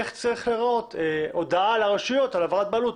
איך צריכה להיראות הודעה לרשויות על העברת בעלות.